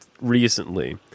recently